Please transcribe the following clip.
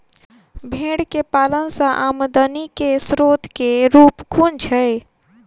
भेंर केँ पालन सँ आमदनी केँ स्रोत केँ रूप कुन छैय?